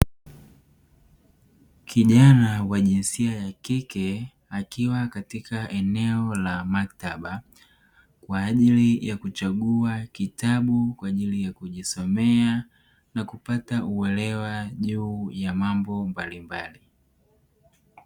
Kijana wa jinsia ya kike akiwa katika eneo la maktaba kwa ajili ya kuchagua kitabu kwa ajili ya kujisomea na kupata uelewa juu ya mambo mbalimbali.